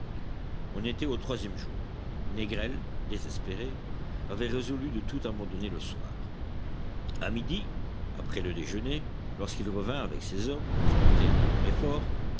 on était au troisième jour négrel désespéré avait résolu de tout abandonner le soir a midi après le déjeuner lorsqu'il revint avec ses hommes pour tenter un dernier effort